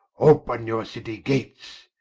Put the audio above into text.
open your citie gates,